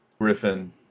Griffin